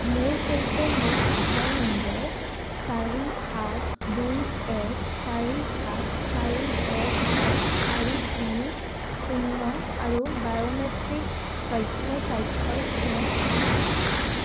মোৰ সৈতে মোৰ আধাৰ নম্বৰ চাৰি সাত দুই এক চাৰি সাত চাৰি এক এক চাৰি তিনি শূন্য আৰু বায়োমেট্ৰিক তথ্য স্বাক্ষৰ স্কেন আছে